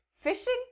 Fishing